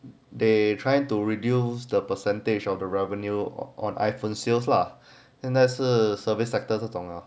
they trying to reduce the percentage of the revenue on iphone sales lah and as a service sectors 懂了